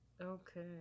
Okay